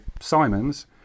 Simon's